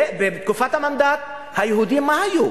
בתקופת המנדט, היהודים מה היו?